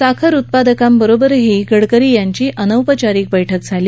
साखर उत्पादकांबरोबरही गडकरी यांची अनौपचारिक बैठक झाली